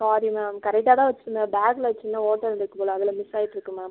sorry ma'am கரெக்ட்டாக தான் வச்சுருந்தேன் பேக்கில் வச்சுருந்தேன் ஓட்ட இருந்துருக்கு போல் அதில் மிஸ் ஆயிட்டுருக்கு மேம்